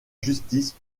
justice